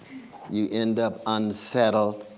you end up unsettled,